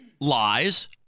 lies